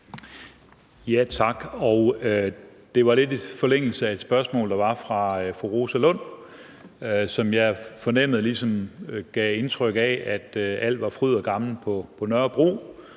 Tak. Det var lidt i forlængelse af et spørgsmål, der var fra fru Rosa Lund, som jeg ligesom fornemmede gav indtryk af, at alt var fryd og gammen på Nørrebro,